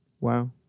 Wow